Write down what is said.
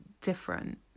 different